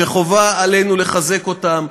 שחובה עלינו לחזק אותם,